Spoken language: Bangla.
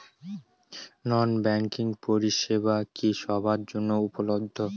নন ব্যাংকিং পরিষেবা কি সবার জন্য উপলব্ধ?